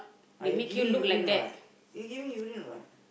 I giving urine what you giving urine what